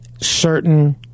certain